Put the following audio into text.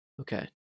Okay